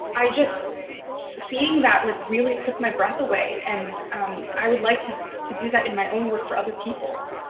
i just seeing that like really took my breath away. and i would like to to do that in my own work for other people?